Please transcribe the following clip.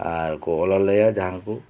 ᱟᱨ ᱠᱚ ᱚᱞ ᱟᱞᱮᱭᱟ ᱡᱟᱦᱟ ᱠᱚ